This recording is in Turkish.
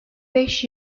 beş